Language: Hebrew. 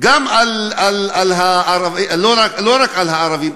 לא רק על הערבים,